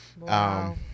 Wow